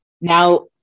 now